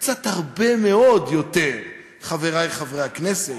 קצת הרבה מאוד יותר, חברי חברי הכנסת.